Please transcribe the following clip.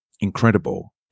incredible